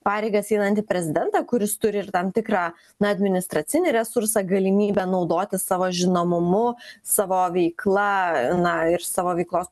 pareigas einantį prezidentą kuris turi ir tam tikrą na administracinį resursą galimybę naudotis savo žinomumu savo veikla na ir savo veiklos